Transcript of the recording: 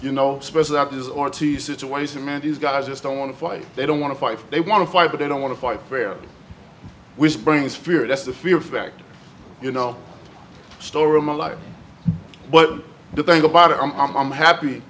you know this or to situation and these guys just don't want to fight they don't want to fight they want to fight but they don't want to fight fair which brings fear that's the fear factor you know story of my life but the thing about it and i'm happy